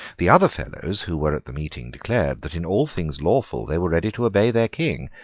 the other fellows who were at the meeting declared that in all things lawful they were ready to obey the king,